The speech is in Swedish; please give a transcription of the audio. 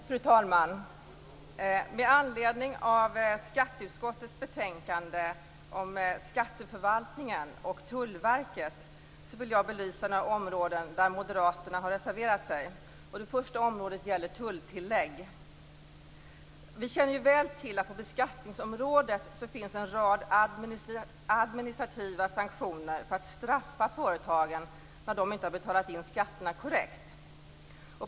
Fru talman! Med anledning av skatteutskottets betänkande om Skatteförvaltningen och Tullverket vill jag belysa några områden där moderaterna har reserverat sig. Det första området gäller tulltillägg. Vi känner väl till att det på beskattningsområdet finns en rad administrativa sanktioner för att straffa företagen när de inte betalat in skatterna korrekt.